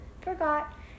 forgot